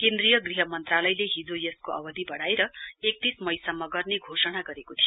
केन्द्रीय गृह मन्त्रालयले हिजो यसको अवधि बढ़ाएर एकतीस मईसम्म गर्ने घोषणा गरेको थियो